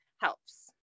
helps